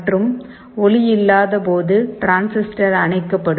மற்றும் ஒளி இல்லாத போது டிரான்சிஸ்டர் அணைக்கப்படும்